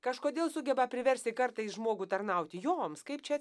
kažkodėl sugeba priversti kartais žmogų tarnauti joms kaip čia